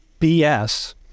BS